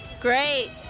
Great